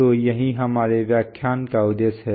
तो यही हमारे व्याख्यान का उद्देश्य है